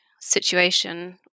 situation